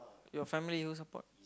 your family who support